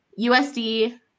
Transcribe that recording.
USD –